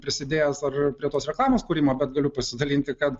prisidėjęs ar prie tos reklamos kūrimo bet galiu pasidalinti kad